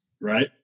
Right